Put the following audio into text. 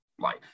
life